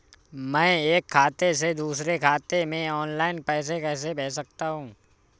मैं एक खाते से दूसरे खाते में ऑनलाइन पैसे कैसे भेज सकता हूँ?